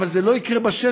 אבל זה לא יקרה בשטח,